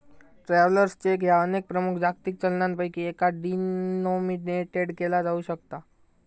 travellers cheque ह्या अनेक प्रमुख जागतिक चलनांपैकी एकात डिनोमिनेटेड केला जाऊ शकता